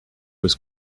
was